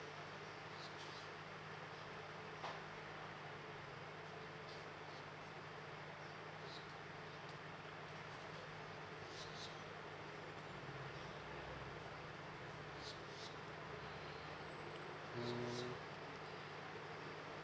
mm